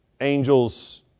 angels